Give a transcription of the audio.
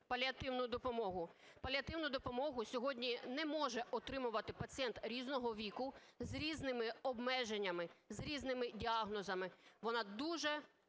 Паліативну допомогу сьогодні не може отримувати пацієнт різного віку з різними обмеженнями, з різними діагнозами, вона дуже